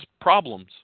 problems